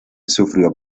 sufrió